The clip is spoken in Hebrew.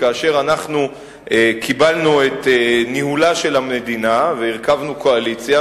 כאשר אנחנו קיבלנו את ניהולה של המדינה והרכבנו קואליציה,